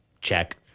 Check